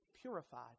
purified